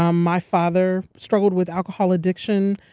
um my father struggled with alcohol addiction,